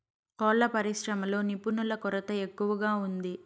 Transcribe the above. కోళ్ళ పరిశ్రమలో నిపుణుల కొరత ఎక్కువగా ఉంది